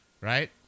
right